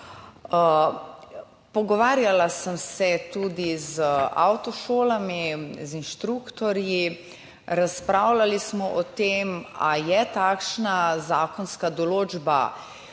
Pogovarjala sem se tudi z avtošolami, z inštruktorji. Razpravljali smo o tem, ali bi takšna zakonska določba